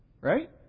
Right